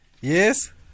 yes